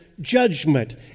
judgment